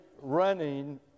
running